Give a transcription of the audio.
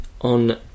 on